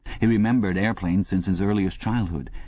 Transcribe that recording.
he remembered aeroplanes since his earliest childhood.